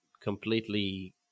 completely